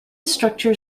structure